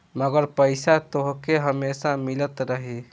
मगर पईसा तोहके हमेसा मिलत रही